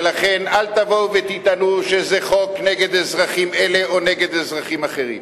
ולכן אל תבואו ותטענו שזה חוק נגד אזרחים אלה או נגד אזרחים אחרים.